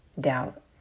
doubt